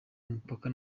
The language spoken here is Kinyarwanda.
umupaka